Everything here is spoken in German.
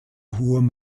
hohem